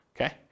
okay